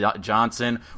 Johnson